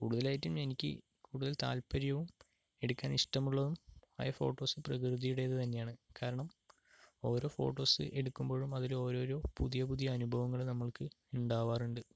കൂടുതലായിട്ടും എനിക്ക് കൂടുതൽ താല്പര്യവും എടുക്കാൻ ഇഷ്ടമുള്ളതും ആയ ഫോട്ടോസ് പ്രകൃതിയുടെത് തന്നെ ആണ് കാരണം ഓരോ ഫോട്ടോസ് എടുക്കുമ്പോഴും അതിൽ ഓരോരോ പുതിയ പുതിയ അനുഭവങ്ങള് നമ്മൾക്ക് ഉണ്ടാവാറുണ്ട്